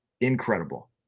incredible